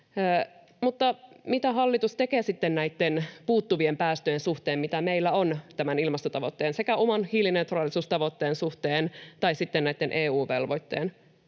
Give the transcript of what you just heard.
Mutta mitä hallitus tekee sitten näitten puuttuvien päästöjen suhteen, mitä meillä on tämän ilmastotavoitteen sekä oman hiilineutraalisuustavoitteen suhteen tai sitten EU-velvoitteen